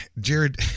Jared